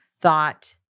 thought –